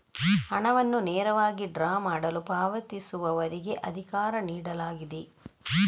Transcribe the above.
ಹಣವನ್ನು ನೇರವಾಗಿ ಡ್ರಾ ಮಾಡಲು ಪಾವತಿಸುವವರಿಗೆ ಅಧಿಕಾರ ನೀಡಲಾಗಿದೆ